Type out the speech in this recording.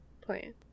plan